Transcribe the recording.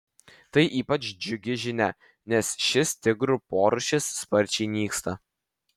tai ypač džiugi žinia nes šis tigrų porūšis sparčiai nyksta